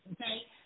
Okay